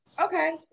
Okay